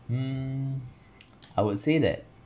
hmm I would say that